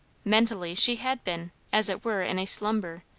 mentally she had been, as it were, in a slumber,